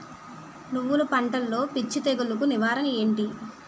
నువ్వులు పంటలో పిచ్చి తెగులకి నివారణ ఏంటి?